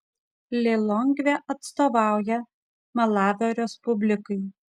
lilongvė atstovauja malavio respublikai